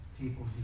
people